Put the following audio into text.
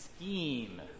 scheme